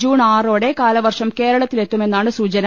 June ആറോടെ കാലവർഷം കേരളത്തിലെത്തു മെന്നാണ് സൂചന